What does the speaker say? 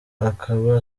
akaba